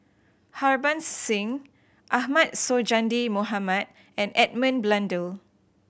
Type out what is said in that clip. Harbans Singh Ahmad Sonhadji Mohamad and Edmund Blundell